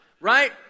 Right